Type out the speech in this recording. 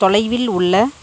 தொலைவில் உள்ள